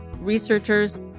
researchers